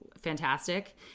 fantastic